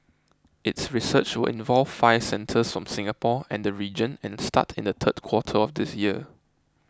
its research will involve five centres from Singapore and the region and start in the third quarter of this year